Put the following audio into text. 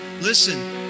Listen